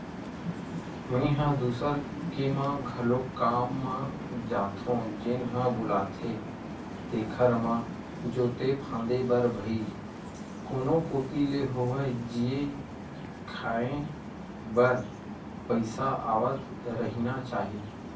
मेंहा दूसर के म घलोक काम म जाथो जेन ह बुलाथे तेखर म जोते फांदे बर भई कोनो कोती ले होवय जीए खांए बर पइसा आवत रहिना चाही